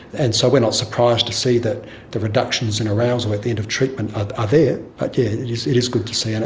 and so we're not surprised to see that the reductions in arousal at the end of treatment ah are ah there. but yes, it is good to see, and